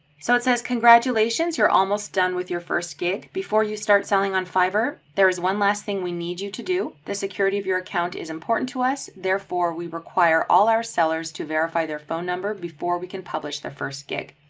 so it says congratulations. you're almost done with your first gig before you start selling on fiverr, there is one last thing we need you to do, the security of your account is important to us. therefore, we require all our sellers to verify their phone number before we can publish the first gig.